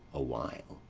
awhile.